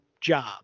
job